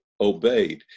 obeyed